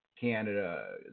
Canada